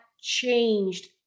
changed